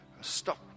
Stop